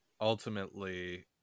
ultimately